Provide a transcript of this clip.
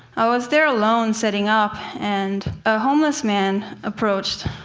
i was there alone, setting up, and a homeless man approached.